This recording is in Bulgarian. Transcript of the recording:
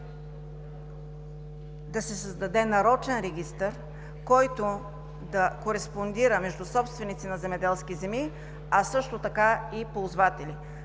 да се създаде нарочен регистър, който да кореспондира между собственици на земеделски земи, а също така и ползватели.